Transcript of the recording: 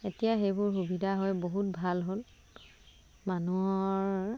এতিয়া সেইবোৰ সুবিধা হয় বহুত ভাল হ'ল মানুহৰ